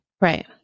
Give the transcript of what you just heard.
Right